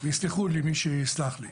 ויסלח לי מי שיסלח לי.